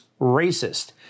racist